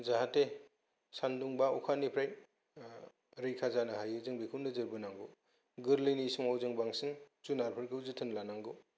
जाहाथे सानदुं बा अखानिफ्राय रैखा जानो हायो जों बेखौ नोजोर होनांगौ गोर्लैनि समाव जों बांसिन जुनारफोरखौ जोथोन लानांगौ